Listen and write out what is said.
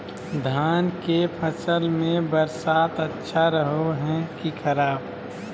धान के फसल में बरसात अच्छा रहो है कि खराब?